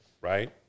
right